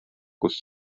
kus